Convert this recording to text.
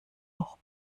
auch